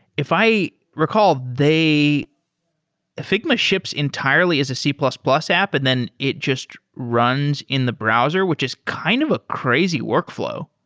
if i recall, figma ships entirely as a c plus plus app and then it just runs in the browser, which is kind of ah crazy workflow.